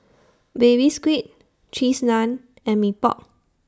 Baby Squid Cheese Naan and Mee Pok